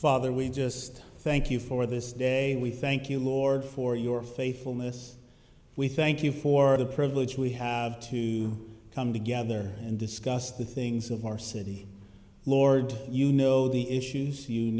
father we just thank you for this day and we thank you lord for your faithfulness we thank you for the privilege we have to come together and discuss the things of our city lord you know the issues you